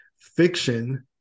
fiction